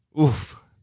Oof